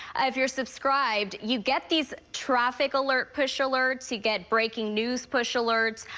ah if you are subscribed, you get these traffic alert, push alerts, you get breaking news push alerts.